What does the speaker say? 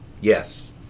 Yes